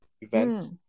events